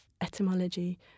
etymology